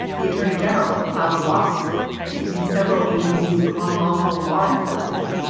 the attorney general filed a lawsuit accusing several agencies of unlawful law enforcement.